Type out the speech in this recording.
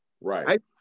Right